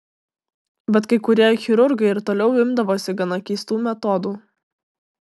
bet kai kurie chirurgai ir toliau imdavosi gana keistų metodų